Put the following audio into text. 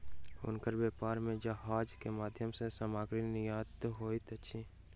हुनकर व्यापार में जहाज के माध्यम सॅ सामग्री निर्यात होइत अछि